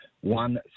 one